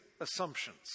assumptions